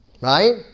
Right